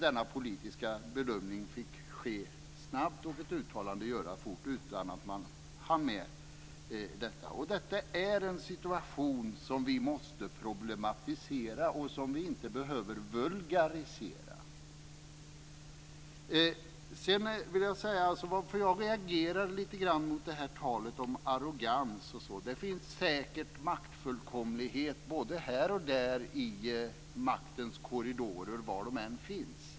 Denna politiska bedömning fick ske snabbt och ett uttalande göras fort utan att man hann med detta. Detta är en situation som vi måste problematisera och som vi inte behöver vulgarisera. Jag reagerar mot talet om arrogans. Det finns säkert maktfullkomlighet både här och där i maktens korridorer var de än finns.